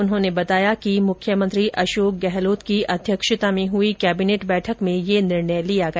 उन्होंने बताया कि मुख्यमंत्री अशोक गहलोत की अध्यक्षता में हुई कैबिनेट बैठक में यह निर्णय लिया गया